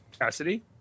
Cassidy